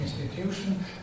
institution